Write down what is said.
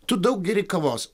tu daug geri kavos